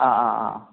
അ അ ആ